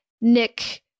Nick